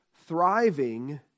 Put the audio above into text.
thriving